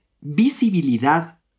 visibilidad